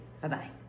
Bye-bye